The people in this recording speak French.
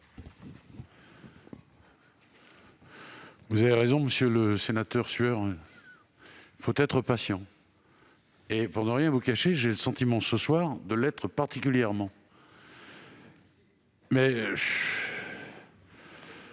Vous avez raison, monsieur Sueur, il faut être patient. Pour ne rien vous cacher, j'ai le sentiment ce soir de l'être particulièrement. Je